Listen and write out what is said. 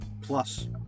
plus